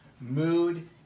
Mood